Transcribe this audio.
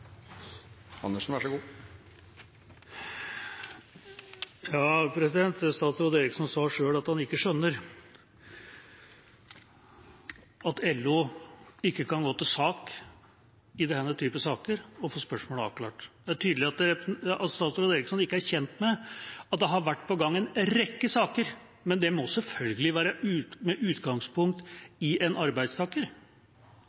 Statsråd Eriksson sa selv at han ikke skjønner at LO ikke kan gå til sak i denne type saker og få spørsmålet avklart. Det er tydelig at statsråd Eriksson ikke er kjent med at det har vært på gang en rekke saker, men det må selvfølgelig være med utgangspunkt i en arbeidstaker.